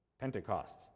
Pentecost